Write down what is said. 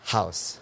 House